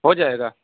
ہو جائے گا